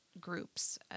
groups